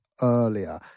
earlier